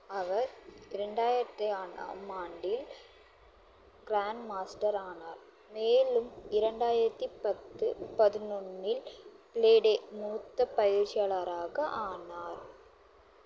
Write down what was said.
அவர் ரெண்டாயிரத்தி ஆண்டாம் ஆண்டில் கிராண்ட் மாஸ்டர் ஆனார் மேலும் இரண்டாயிரத்தி பத்து பதினொன்றில் ஃபிளேடே மூத்த பயிற்சியாளராக ஆனார்